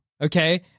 okay